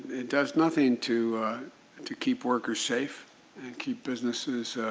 it does nothing to to keep workers safe and keep businesses